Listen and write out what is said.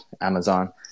Amazon